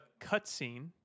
cutscene